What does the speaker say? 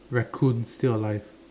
Raccoon still alive